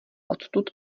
odtud